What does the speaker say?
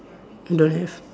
don't have